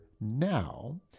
now